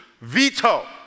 veto